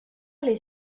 les